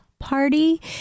party